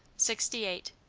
sixty eight.